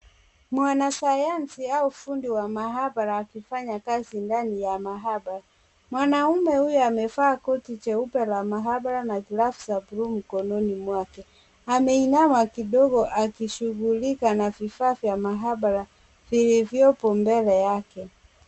Mwanasayansi au fundi wa maabara akifanya kazi ndani ya maabara. Mwanaume huyo amevaa koti jeupe la maabara na gloves za bluu mkononi mwake. Ameinama kidogo akishughulika na vifaa vya maabara vilivyoko mbele yake.